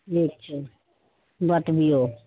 ठीक छै बतबियौ